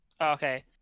Okay